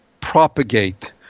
propagate